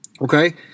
Okay